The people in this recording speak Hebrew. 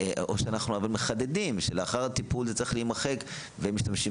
או שאנחנו מחדדים שלאחר הטיפול זה צריך להימחק ומשתמשים